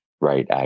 right